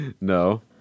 No